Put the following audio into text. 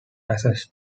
assets